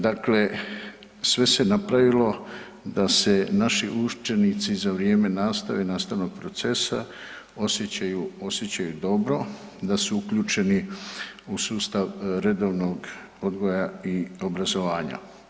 Dakle, sve se napravilo da se naši učenici za vrijeme nastave i nastavnog procesa osjećaju dobro, da su uključeni u sustav redovnog odgoja i obrazovanja.